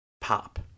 pop